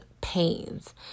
pains